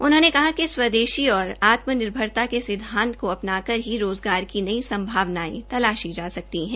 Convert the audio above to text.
उन्होंने कहा कि स्वेदेशी और आत्मनिर्भरता के सिद्वांत को अपनाकर ही रोजगार की नई संभावनायें तलाशी जा सकती है